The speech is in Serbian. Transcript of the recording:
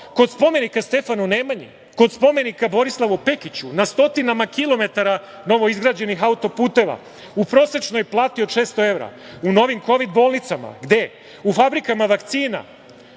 kod spomenika Stefanu Nemanji, kod spomenika Borislavu Pekiću, na stotinama kilometara novoizgrađenih autoputeva, u prosečnoj plati od 600 evra, u novim kovid bolnicama, u fabrikama vakcina?